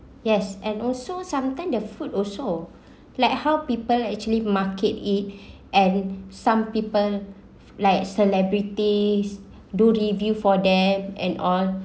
yes and also sometime the food also like how people actually market it and some people like celebrities do review for them and all